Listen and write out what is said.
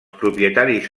propietaris